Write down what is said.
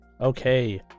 Okay